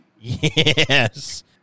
Yes